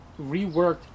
reworked